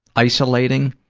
isolating,